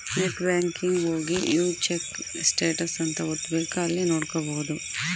net banking ಹೋಗಿ view check status ಅಂತ ಒತ್ತಬೆಕ್ ಅಲ್ಲಿ ನೋಡ್ಕೊಬಹುದು